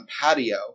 patio